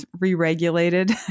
re-regulated